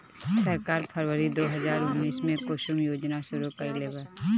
सरकार फ़रवरी दो हज़ार उन्नीस में कुसुम योजना शुरू कईलेबा